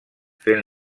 fent